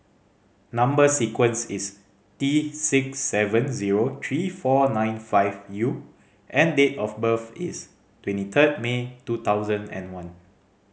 number sequence is T six seven zero three four nine five U and date of birth is twenty third May two thousand and one